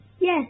Yes